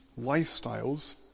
lifestyles